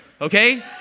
Okay